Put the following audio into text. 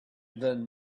than